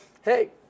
hey